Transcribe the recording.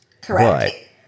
Correct